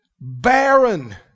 barren